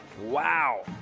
wow